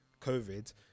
COVID